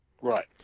Right